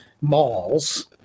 malls